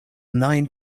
nine